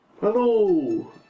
Hello